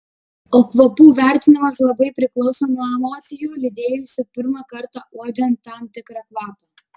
o kvapų vertinimas labai priklauso nuo emocijų lydėjusių pirmą kartą uodžiant tam tikrą kvapą